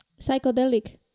psychedelic